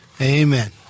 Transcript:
Amen